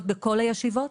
להיות בכל הישיבות?